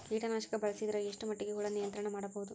ಕೀಟನಾಶಕ ಬಳಸಿದರ ಎಷ್ಟ ಮಟ್ಟಿಗೆ ಹುಳ ನಿಯಂತ್ರಣ ಮಾಡಬಹುದು?